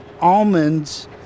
almonds